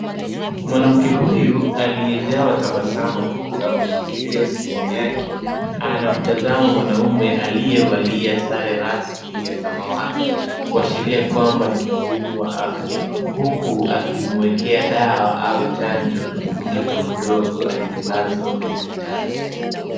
Mwanamke huyu aliyejawa tabasamu huku ameshikilia simu yake, anamtazama mwanamume aliyevalia sare rasmi ya samawati, kuashiria kwamba ni mhudumu wa afya, huku akimuekea dawa au chanjo mtoto mdogo aliyelazwa kwenye kitanda.